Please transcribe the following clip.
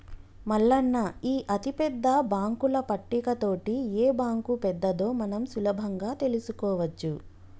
మల్లన్న ఈ అతిపెద్ద బాంకుల పట్టిక తోటి ఏ బాంకు పెద్దదో మనం సులభంగా తెలుసుకోవచ్చు